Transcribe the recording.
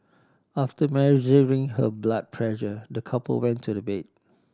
after measuring her blood pressure the couple went to the bed